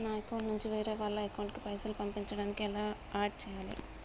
నా అకౌంట్ నుంచి వేరే వాళ్ల అకౌంట్ కి పైసలు పంపించడానికి ఎలా ఆడ్ చేయాలి?